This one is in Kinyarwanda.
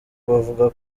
bavuga